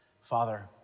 Father